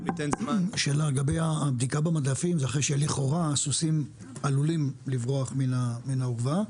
לגבי הבדיקה במדפים זה אחרי שלכאורה סוסים עלולים לברוח מן האורווה.